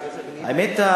האמת,